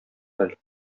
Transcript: хәл